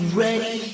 ready